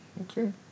Okay